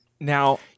now